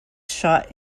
shot